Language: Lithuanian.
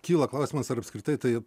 kyla klausimas ar apskritai tai